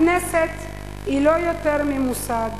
הכנסת היא לא יותר ממוסד